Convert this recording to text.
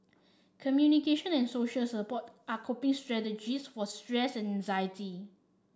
communication and social support are coping strategies for stress and anxiety